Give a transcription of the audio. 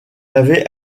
avait